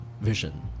vision